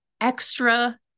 extra